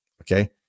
okay